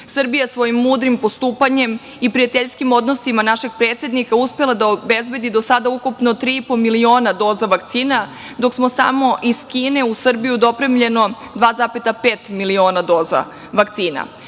Srbija je svojim mudrim postupanjem i prijateljskim odnosom našeg predsednika uspela da obezbedi sada ukupno 3,5 miliona doza vakcina, dok je samo iz Kine u Srbiju dopremljeno 2,5 miliona doza vakcina.